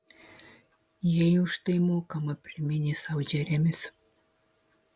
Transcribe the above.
jai už tai mokama priminė sau džeremis